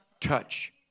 Touch